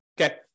Okay